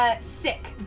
Sick